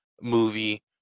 movie